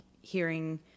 hearing